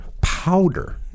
powder